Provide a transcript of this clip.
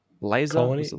laser